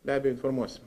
be abejo informuosim